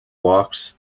walks